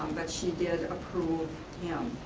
but she did approve him.